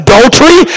Adultery